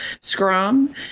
Scrum